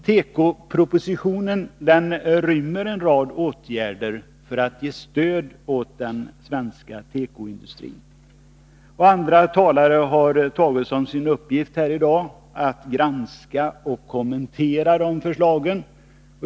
Tekopropositionen rymmer en rad åtgärder för att ge stöd åt den svenska tekoindustrin. Andra talare har tagit som sin uppgift här i dag att granska och kommentera de förslagen.